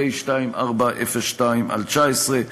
פ/2402/19.